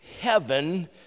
heaven